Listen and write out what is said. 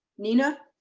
nina. i.